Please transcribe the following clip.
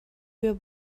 wir